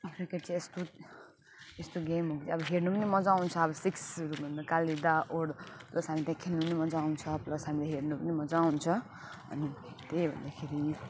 cricket चाहिँ अब यस्तो यस्तो गेम हो कि अब हेर्नु पनि मजा आउँछ अब सिक्सहरू भन्दा कालीदा ओड र प्लस हामी त्यहाँ खेल्नु पनि मजा आउँछ अनि त्यही भएर खेलिनँ